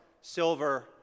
Silver